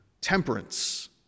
temperance